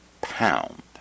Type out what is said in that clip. pound